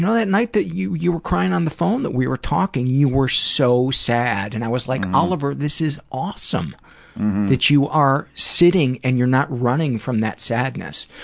and that night that you you were crying on the phone we were talking, you were so sad. and i was like, oliver, this is awesome that you are sitting and you're not running from that sadness.